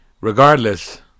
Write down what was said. Regardless